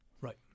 Right